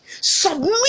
Submit